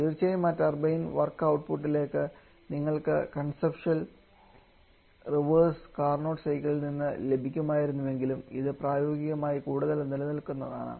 തീർച്ചയായും ആ turbine work ഔട്ട്പുട്ടിലേക്ക് നിങ്ങൾക്ക് കൺസെപ്ച്വൽ റിവേഴ്സ് കാർനോട്ട് സൈക്കിളിൽ നിന്ന് ലഭിക്കുമായിരുന്നുവെങ്കിലും ഇത് പ്രായോഗികമായി കൂടുതൽ നിലനിൽക്കുന്നതാണ്